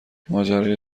ماجرای